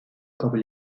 kabul